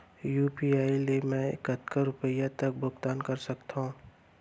UPI ले मैं कतका रुपिया तक भुगतान कर सकथों